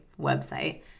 website